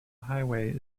highway